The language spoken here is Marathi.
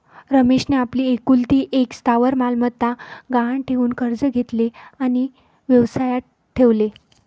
रमेशने आपली एकुलती एक स्थावर मालमत्ता गहाण ठेवून कर्ज घेतले आणि व्यवसायात ठेवले